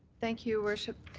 thank you, your worship.